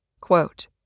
Quote